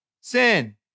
sin